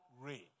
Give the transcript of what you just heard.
rain